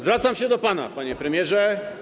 Zwracam się do pana, panie premierze.